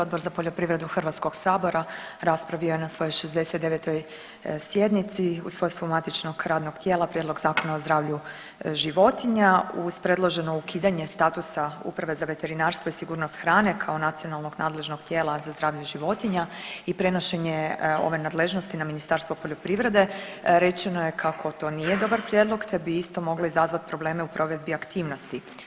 Odbor za poljoprivredu HS-a raspravio je na svojoj 69. sjednici u svojstvu matičnog radnog tijela Prijedlog zakona o zdravlju životinja uz predloženo ukidanje statusa Uprave za veterinarstvo i sigurnost hrane kao nacionalnog nadležnog tijela za zdravlje životinja i prenošenje ove nadležnosti na Ministarstvo poljoprivrede rečeno je kako to nije dobar prijedlog te bi isto moglo izazvati probleme u provedbi aktivnosti.